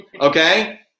Okay